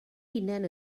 hunain